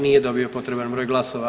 Nije dobio potreban broj glasova.